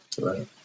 right